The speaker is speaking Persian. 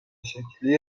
شکلی